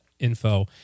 info